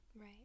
right